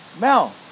Mel